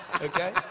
okay